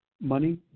money